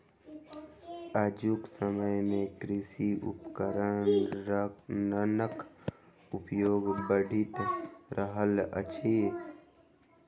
आजुक समय मे कृषि उपकरणक प्रयोग बढ़ि रहल अछि